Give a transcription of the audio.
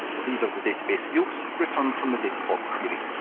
these are the database fields returned from the datablock query.